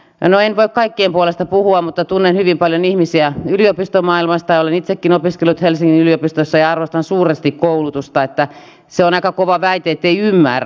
no en voi kaikkien puolesta puhua mutta tunnen hyvin paljon ihmisiä yliopistomaailmasta ja olen itsekin opiskellut helsingin yliopistossa ja arvostan suuresti koulutusta niin että se on aika kova väite ettei ymmärrä